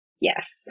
Yes